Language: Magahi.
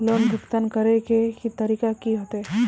लोन भुगतान करे के तरीका की होते?